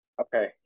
Okay